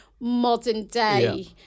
modern-day